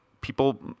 people